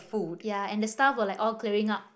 ya and the staff were like all clearing up